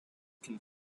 can